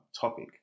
topic